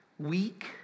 Weak